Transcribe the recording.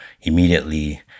immediately